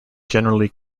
generally